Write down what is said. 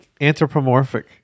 anthropomorphic